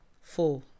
Four